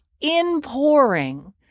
in-pouring